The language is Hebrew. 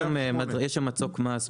יש שם מצוק מס.